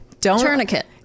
Tourniquet